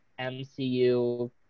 MCU